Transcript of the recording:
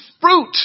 fruit